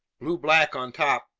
blue-black on top,